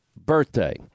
birthday